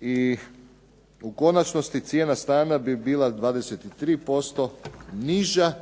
I u konačnosti cijena stana bi bila 23% niža